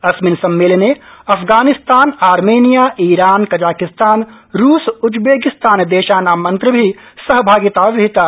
अस्मिन् सम्मेलने Afghanistan Armenia Iran Kazakhstan रूस उजबेकिस्तानदेशानां मन्त्रिभि सहभागिता विहिता